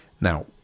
Now